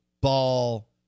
ball